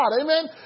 Amen